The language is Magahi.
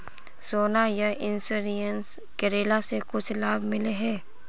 सोना यह इंश्योरेंस करेला से कुछ लाभ मिले है?